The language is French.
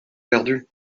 perdus